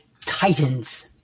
titans